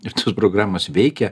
ir programos veikia